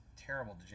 terrible